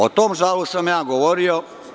O tom žalu sam ja govorio.